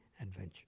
adventure